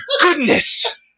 goodness